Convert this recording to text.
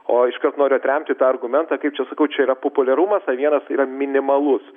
o iškart noriu atremti tą argumentą kaip čia sakau čia yra populiarumas a vienas yra minimalus